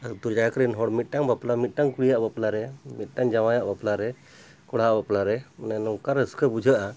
ᱟᱛᱳ ᱡᱟᱠ ᱨᱮᱱ ᱦᱚᱲ ᱢᱤᱫᱴᱟᱝ ᱵᱟᱯᱞᱟ ᱢᱤᱫᱴᱟᱝ ᱠᱩᱲᱤᱭᱟᱜ ᱵᱟᱯᱞᱟ ᱨᱮ ᱢᱤᱫᱴᱟᱝ ᱡᱟᱶᱟᱭᱟᱜ ᱵᱟᱯᱞᱟ ᱨᱮ ᱠᱚᱲᱦᱟᱜ ᱵᱟᱯᱞᱟ ᱨᱮ ᱢᱟᱱᱮ ᱱᱚᱝᱠᱟ ᱨᱟᱹᱥᱠᱟᱹ ᱵᱩᱡᱷᱟᱹᱜᱼᱟ